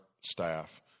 staff